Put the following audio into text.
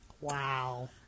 Wow